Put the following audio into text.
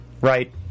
right